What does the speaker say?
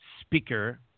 speaker